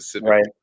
Right